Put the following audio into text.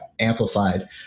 amplified